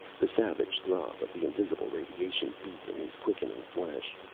the savage throb of the invisible radiation beat in his quickening flesh.